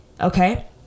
okay